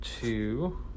two